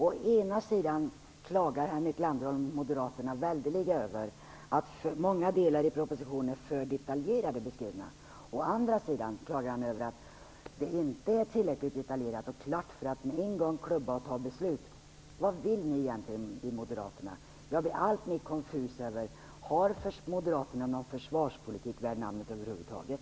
Å ena sidan klagar Henrik Landerholm och Moderaterna väldeligen över att för många delar i propositionen är för detaljerat beskrivna. Å andra sidan klagar han över att det inte är tillräckligt detaljerat och klart för att med en gång klubba ärendet och fatta beslut. Vad vill ni moderater egentligen? Jag blir alltmer konfys. Har Moderaterna någon försvarspolitik värd namnet över huvud taget?